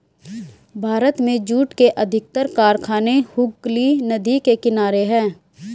भारत में जूट के अधिकतर कारखाने हुगली नदी के किनारे हैं